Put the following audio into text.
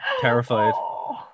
terrified